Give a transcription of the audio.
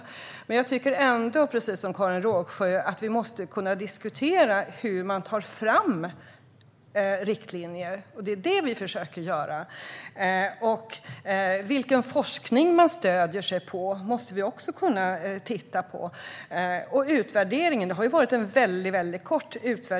Precis som Karin Rågsjö tycker även jag att vi måste kunna diskutera hur man tar fram riktlinjer, vilket vi försöker göra. Vilken forskning man stöder sig på är också något som vi måste kunna titta på. Utvärderingen har varit väldigt kort.